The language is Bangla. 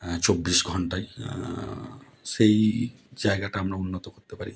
অ্যাঁ চব্বিশ ঘন্টাই সেই জায়গাটা আমরা উন্নত করতে পারি